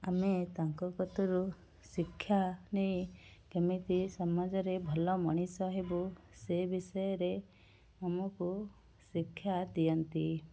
ଆମେ ତାଙ୍କ କତରୁ ଶିକ୍ଷା ନେଇ କେମିତି ସମାଜରେ ଭଲ ମଣିଷ ହେବୁ ସେ ବିଷୟରେ ଆମକୁ ଶିକ୍ଷା ଦିଅନ୍ତି